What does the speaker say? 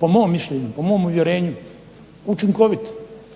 po mom mišljenju, po mom uvjerenju učinkovit